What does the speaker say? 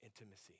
intimacy